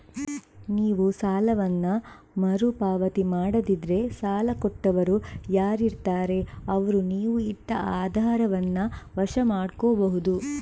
ನೀವು ಸಾಲವನ್ನ ಮರು ಪಾವತಿ ಮಾಡದಿದ್ರೆ ಸಾಲ ಕೊಟ್ಟವರು ಯಾರಿರ್ತಾರೆ ಅವ್ರು ನೀವು ಇಟ್ಟ ಆಧಾರವನ್ನ ವಶ ಮಾಡ್ಕೋಬಹುದು